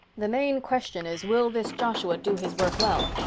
the main question is will this joshua do his work well.